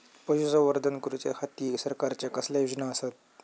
पशुसंवर्धन करूच्या खाती सरकारच्या कसल्या योजना आसत?